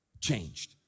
changed